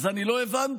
אז אני לא הבנתי,